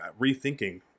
rethinking